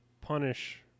punish